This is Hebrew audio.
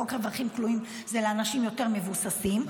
חוק רווחים כלואים זה לאנשים יותר מבוססים,